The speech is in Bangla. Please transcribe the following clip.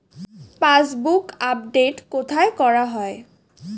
পাসবুক আপডেট কোথায় করা হয়?